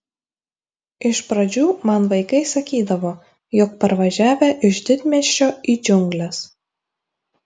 iš pradžių man vaikai sakydavo jog parvažiavę iš didmiesčio į džiungles